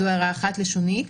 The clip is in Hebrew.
זאת הערה לשונית אחת.